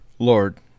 lord